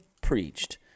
preached